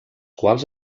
quals